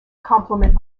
complement